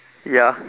ya